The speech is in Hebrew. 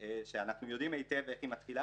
שאנחנו יודעים היטב איך היא מתחילה